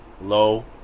low